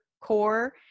core